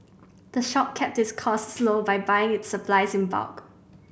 the shop kept its costs low by buying its supplies in bulk